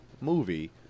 movie